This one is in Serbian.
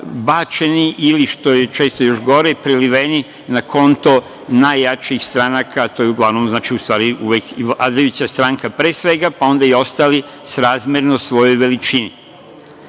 bačeni ili što je često još gore, preliveni na konto najjačih stranaka, a to je uglavnom uvek vladajuća stranka, pre svega, pa onda i ostali srazmerno svojoj veličini. To